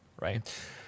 right